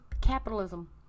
capitalism